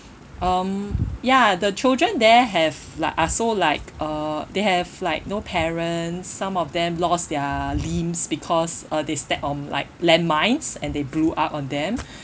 um ya the children there have like are so like uh they have like no parents some of them lost their limbs because uh they stepped on like landmine and they blew up on them